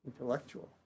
intellectual